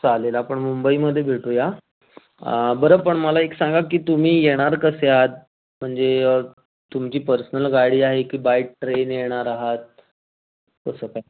चालेल आपण मुंबईमध्ये भेटूया बरं पण मला एक सांगा की तुम्ही येणार कसे आहात म्हणजे तुमची पर्सनल गाडी आहे की बाय ट्रेन येणार आहात कसं काय